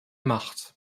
macht